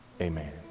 amen